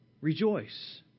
rejoice